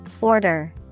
Order